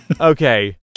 okay